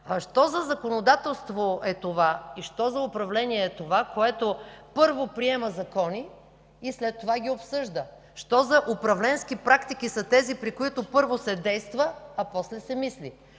Що за законодателство е това и що за управление е това, което, първо, приема закони и след това ги обсъжда? Що за управленски практики са тези, при които първо се действа, а после се мисли?